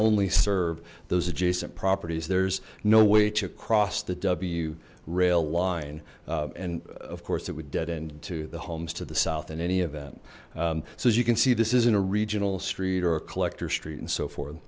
only serve those adjacent properties there's no way to cross the w rail line and of course that would dead end to the homes to the south in any event so as you can see this isn't a regional street or collector street and so forth